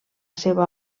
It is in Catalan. seva